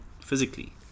physically